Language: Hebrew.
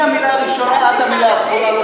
מהמילה הראשונה ועד המילה האחרונה.